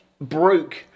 broke